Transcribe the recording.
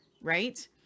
Right